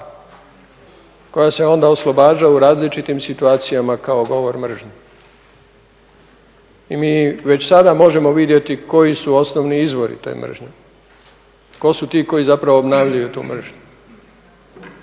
koja se onda oslobađa u različitim situacijama kao govor mržnje. I mi već sada možemo vidjeti koji su osnovni izvori te mržnje, tko su ti koji zapravo obnavljaju tu mržnju